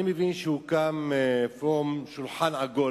אני מבין שהוקם פורום שולחן עגול,